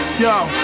yo